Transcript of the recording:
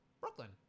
Brooklyn